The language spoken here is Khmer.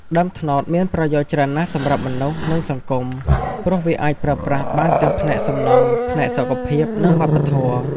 ដើមត្នោតមានប្រយោជន៍ច្រើនណាស់សម្រាប់មនុស្ស និងសង្គម ព្រោះវាអាចប្រើប្រាស់បានទាំងផ្នែកសំណង់ ផ្នែកសុខភាព និងវប្បធម៌។